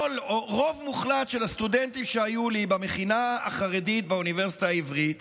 רוב מוחלט של הסטודנטים שהיו לי במכינה החרדית באוניברסיטה העברית